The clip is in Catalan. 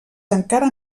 encara